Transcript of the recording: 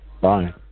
Bye